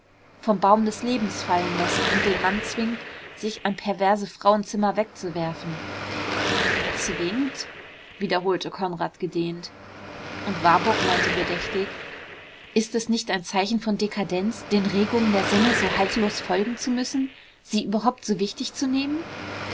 vom baum des lebens fallen läßt und den mann zwingt sich an perverse frauenzimmer wegzuwerfen zwingt wiederholte konrad gedehnt und warburg meinte bedächtig ist es nicht ein zeichen von dekadenz den regungen der sinne so haltlos folgen zu müssen sie überhaupt so wichtig zu nehmen